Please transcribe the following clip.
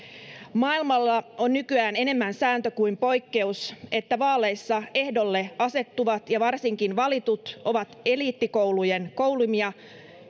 maailmalla on nykyään enemmän sääntö kuin poikkeus että vaaleissa ehdolle asettuvat ja varsinkin valitut ovat eliittikoulujen koulimia